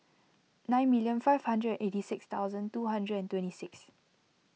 nine million five hundred eighty six thousand two hundred and twenty six